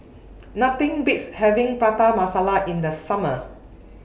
Nothing Beats having Prata Masala in The Summer